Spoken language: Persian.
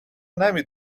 نمی